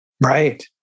Right